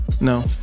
No